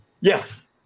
Yes